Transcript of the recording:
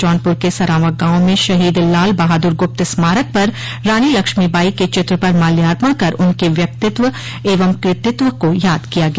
जौनप्र के सरांवा गांव में शहीद लाल बहादुर गुप्त स्मारक पर रानी लक्ष्मीबाई के चित्र पर माल्यार्पण कर उनके व्यक्तित्व एवं कृतित्व को याद किया गया